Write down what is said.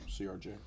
CRJ